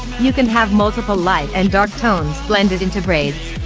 you can have multiple light and dark tones blended into braids.